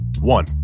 One